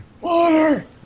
water